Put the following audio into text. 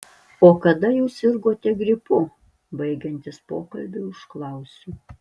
o kada jūs sirgote gripu baigiantis pokalbiui užklausiu